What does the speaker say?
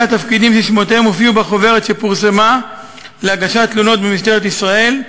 התפקידים ששמותיהם הופיעו בחוברת שפורסמה להגשת תלונות במשטרת ישראל,